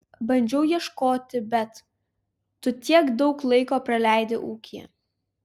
bandžiau ieškoti bet tu tiek daug laiko praleidi ūkyje